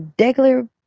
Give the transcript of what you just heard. regular